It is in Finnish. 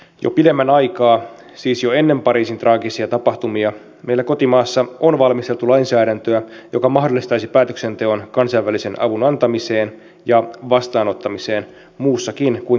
jo pidemmän aikaa siis jo ennen pariisin traagisia tapahtumia meillä kotimaassa on valmisteltu lainsäädäntöä joka mahdollistaisi päätöksenteon kansainvälisen avun antamisesta ja vastaanottamisesta muutoinkin kuin kriisinhallintaoperaatioissa